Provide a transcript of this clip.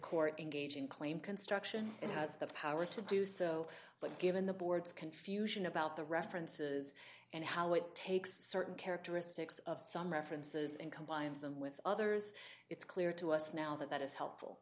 court engage in claim construction it has the power to do so but given the board's confusion about the references and how it takes certain characteristics of some references and combines them with others it's clear to us now that that is helpful